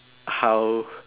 how